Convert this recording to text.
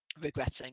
regretting